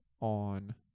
on